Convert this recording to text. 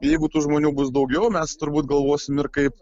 jeigu tų žmonių bus daugiau mes turbūt galvosim ir kaip